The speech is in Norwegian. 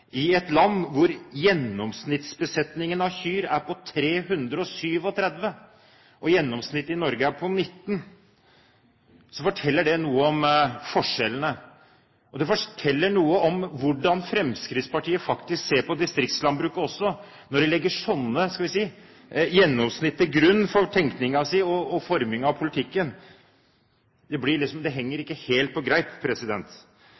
– et land hvor gjennomsnittsbesetningen av kyr er på 337, mens gjennomsnittet i Norge er på 19. Det forteller noe om forskjellene, og det forteller faktisk også noe om hvordan Fremskrittspartiet ser på distriktslandbruket når de legger slike gjennomsnitt til grunn for tenkningen sin og formingen av politikken. Det henger ikke helt på greip. Det samme er det når man sammenligner fiske og landbruk – to vidt forskjellige områder. Det går liksom